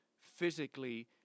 physically –